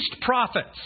prophets